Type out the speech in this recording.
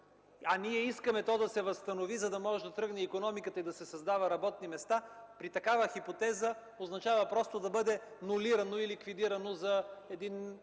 а ние искаме то да се възстанови, за да тръгне икономиката и да се създават работни места. При такава хипотеза означава то да бъде нулирано и ликвидирано за